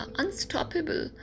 unstoppable